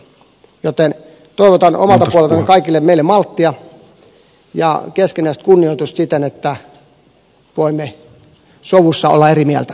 joten toivotan omalta puoleltani kaikille meille malttia ja keskinäistä kunnioitusta siten että voimme sovussa olla eri mieltä